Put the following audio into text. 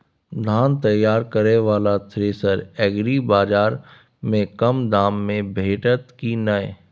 धान तैयार करय वाला थ्रेसर एग्रीबाजार में कम दाम में भेटत की नय?